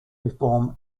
reform